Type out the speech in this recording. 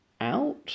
out